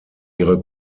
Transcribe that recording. ihre